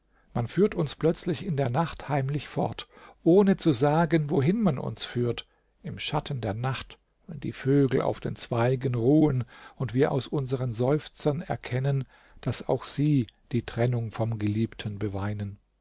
man führt uns plötzlich in der nacht heimlich fort ohne zu sagen wohin man uns führt im schatten der nacht wenn die vögel auf den zweigen ruhen und wir aus unseren seufzern erkennen daß auch sie die trennung vom geliebten beweinen